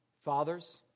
Fathers